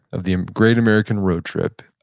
of the great american road trip,